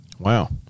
wow